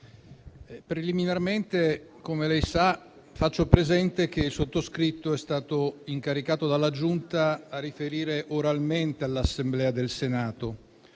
preliminarmente, come lei sa, faccio presente che il sottoscritto è stato incaricato dalla Giunta di riferire oralmente all'Assemblea, così